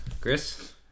Chris